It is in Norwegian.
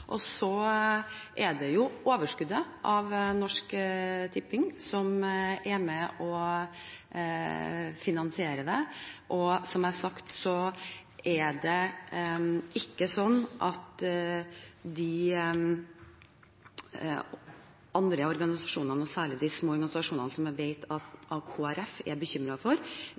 og overskuddet fra Norsk Tipping er med og finansierer det. Som jeg har sagt, er det ikke slik at de andre organisasjonene, særlig de små organisasjonene, som jeg vet at Kristelig Folkeparti er bekymret for,